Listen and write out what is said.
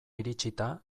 iritsita